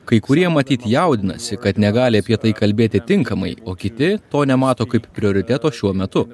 kai kurie matyt jaudinasi kad negali apie tai kalbėti tinkamai o kiti to nemato kaip prioriteto šiuo metu